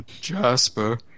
Jasper